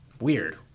weird